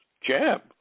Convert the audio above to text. jab